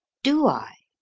do i?